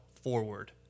forward